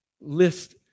list